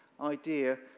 idea